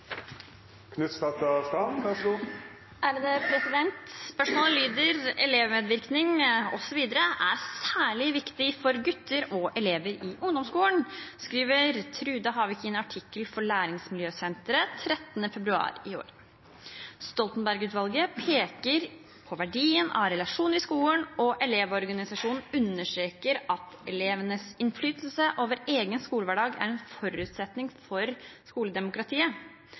særlig viktig for gutter og elever i ungdomsskolen», skriver Trude Havik i en artikkel for Læringsmiljøsenteret 13. februar i år. Stoltenberg-utvalget peker på verdien av relasjoner i skolen, og Elevorganisasjonen understreker at elevenes innflytelse over egen skolehverdag er en forutsetning for skoledemokratiet.